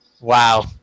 Wow